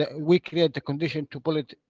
ah we create the condition to pull it,